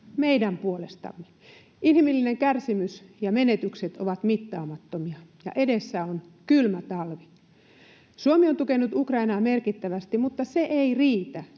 meidän puolestamme. Inhimillinen kärsimys ja menetykset ovat mittaamattomia, ja edessä on kylmä talvi. Suomi on tukenut Ukrainaa merkittävästi, mutta se ei riitä.